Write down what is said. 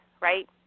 right